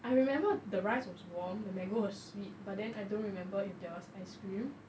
I remember the rice was warm the mangoes was sweet but then I don't remember if there was ice cream